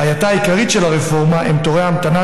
בעייתה העיקרית של הרפורמה היא תורי המתנה,